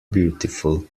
beautiful